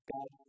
God